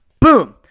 Boom